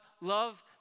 love